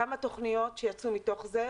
כמה תוכניות שיצאו מתוך זה,